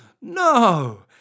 No